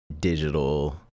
digital